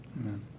Amen